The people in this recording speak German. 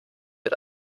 mit